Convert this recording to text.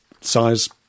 size